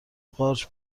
قارچ